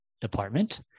...department